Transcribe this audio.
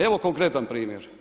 Evo konkretan primjer.